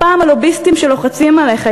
הפעם הלוביסטים שלוחצים עליך,